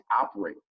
operate